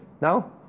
now